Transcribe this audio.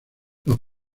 los